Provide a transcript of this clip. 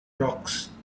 rocks